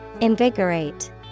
Invigorate